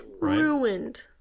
Ruined